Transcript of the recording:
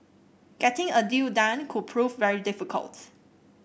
getting a deal done could prove very difficult